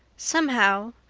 somehow,